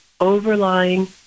overlying